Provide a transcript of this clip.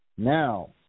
Now